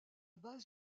base